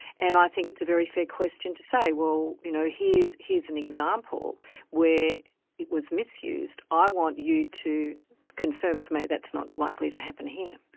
and i think it's a very fair question to say, well, you know, here's an example where it was misused. i want you to confirm for me that's not likely to happen here.